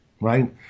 right